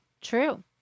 true